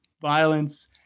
violence